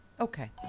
Okay